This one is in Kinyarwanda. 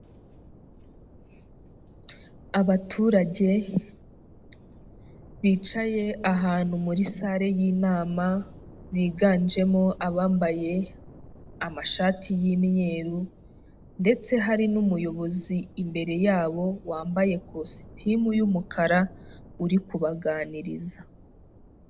Abaturage bicaye ahantu muri sale y'Inama, biganjemo abambaye amashati y'imyeru ndetse hari n'umuyobozi imbere yabo wambaye kositimu y'umukara uri kubaganiriza.